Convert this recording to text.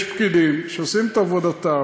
יש פקידים שעושים את עבודתם,